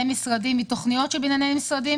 משרדים ומתוכניות של בנייני משרדים.